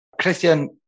Christian